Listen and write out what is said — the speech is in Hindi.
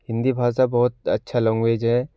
हिंदी भाषा बहुत अच्छा लैंग्वेज है